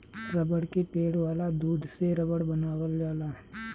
रबड़ के पेड़ वाला दूध से रबड़ बनावल जाला